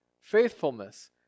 faithfulness